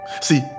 See